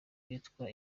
bitwa